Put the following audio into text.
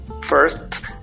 first